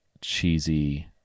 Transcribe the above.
cheesy